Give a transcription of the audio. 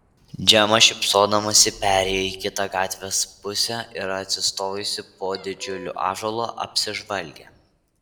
džema šypsodamasi perėjo į kitą gatvės pusę ir atsistojusi po didžiuliu ąžuolu apsižvalgė